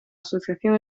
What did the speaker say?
asociación